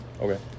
Okay